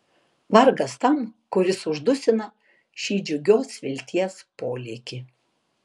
vargas tam kuris uždusina šį džiugios vilties polėkį